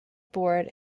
board